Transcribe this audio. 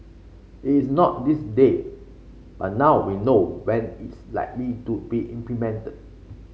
it's not this day but now we know when it's likely to be implemented